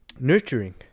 Nurturing